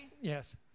Yes